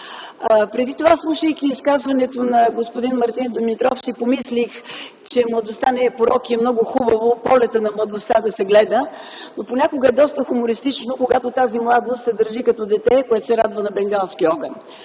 Преди това, слушайки изказването на господин Мартин Димитров, си помислих, че младостта не е порок и е много хубаво полетът на младостта да се гледа, но понякога е доста хумористично, когато тази младост се държи като дете, което се радва на бенгалски огън,